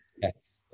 Yes